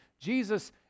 jesus